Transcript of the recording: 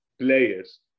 players